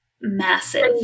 massive